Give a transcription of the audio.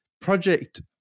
project